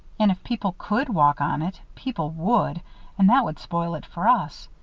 and if people could walk on it, people would and that would spoil it for us.